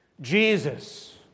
Jesus